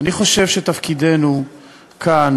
אני חושב שתפקידנו כאן,